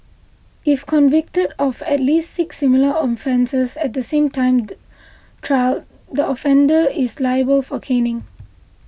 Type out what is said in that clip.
if convicted of at least six similar offences at the same time trial the offender is liable for caning